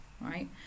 right